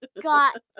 got